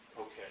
Okay